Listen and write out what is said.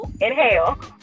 Inhale